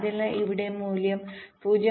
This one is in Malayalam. അതിനാൽ ഇവിടെ മൂല്യം 0